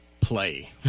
play